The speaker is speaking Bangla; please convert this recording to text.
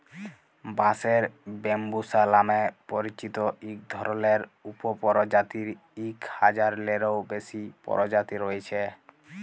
বাঁশের ব্যম্বুসা লামে পরিচিত ইক ধরলের উপপরজাতির ইক হাজারলেরও বেশি পরজাতি রঁয়েছে